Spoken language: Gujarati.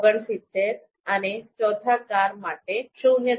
૬૯ અને ચોથી કાર માટે ૦